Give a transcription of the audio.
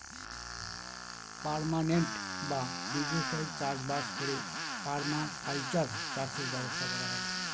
permanent বা দীর্ঘস্থায়ী চাষ বাস করে পারমাকালচার চাষের ব্যবস্থা করা হয়